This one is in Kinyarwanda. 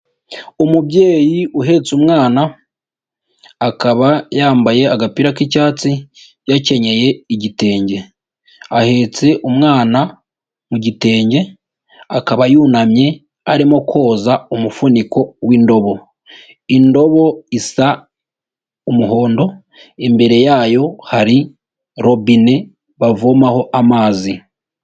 Umubyeyi uhetse umwana, akaba yambaye agapira k'icyatsi, yakenyeye igitenge, ahetse umwana mu gitenge akaba yunamye arimo koza umufuniko w'indobo. Indobo isa umuhondo, imbere yayo hari robine bavomaho amazi.